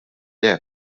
hekk